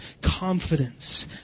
confidence